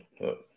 look